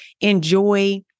enjoy